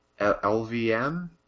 LVM